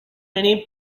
many